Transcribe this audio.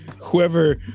Whoever